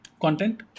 content